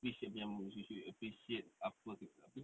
appreciate macam you should appreciate apa kita apa ni